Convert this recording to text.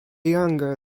younger